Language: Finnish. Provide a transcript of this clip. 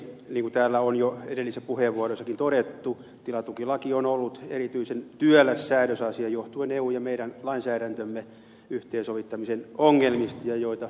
niin kuin täällä on jo edellisissä puheenvuoroissakin todettu tilatukilaki on ollut erityisen työläs säädösasia johtuen eun lainsäädännön ja meidän lainsäädäntömme yhteensovittamisen ongelmista joita ed